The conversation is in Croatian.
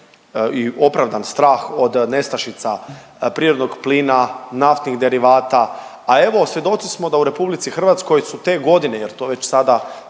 i opravdan strah od nestašica prirodnog plina, naftnih derivata, a evo svjedoci smo da u RH su te godine, jer to već sada